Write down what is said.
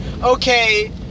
okay